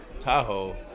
Tahoe